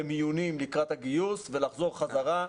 למיונים לקראת הגיוס ולחזור חזרה.